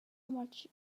much